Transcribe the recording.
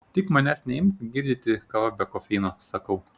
tik manęs neimk girdyti kava be kofeino sakau